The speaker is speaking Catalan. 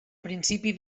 principi